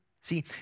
See